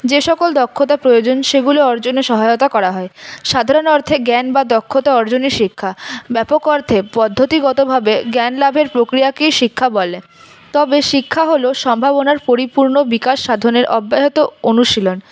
যেসকল দক্ষতা প্রয়োজন সেগুলো অর্জনে সহায়তা করা হয় সাধারণ অর্থে জ্ঞান বা দক্ষতা অর্জনই শিক্ষা ব্যাপক অর্থে পদ্ধতিগতভাবে জ্ঞানলাভের প্রক্রিয়াকেই শিক্ষা বলে তবে শিক্ষা হল সম্ভাবনার পরিপূর্ণ বিকাশ সাধনের অব্যাহত অনুশীলন